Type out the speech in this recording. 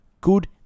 good